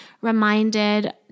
reminded